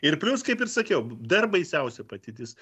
ir plius kaip ir sakiau dar baisiausia patirtis